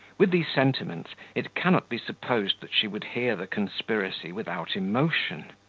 with these sentiments it cannot be supposed that she would hear the conspiracy without emotion.